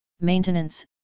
Maintenance